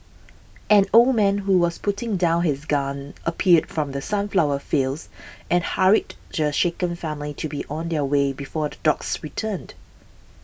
an old man who was putting down his gun appeared from the sunflower fields and hurried the shaken family to be on their way before the dogs returned